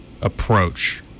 approach